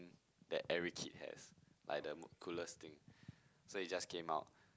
that every kid has like the m~ coolest thing so it just came out